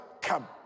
come